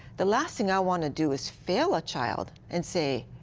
the last thing i want to do is fail a child and say,